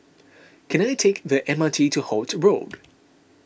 can I take the M R T to Holt Road